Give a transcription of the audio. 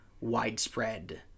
widespread